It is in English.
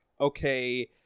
okay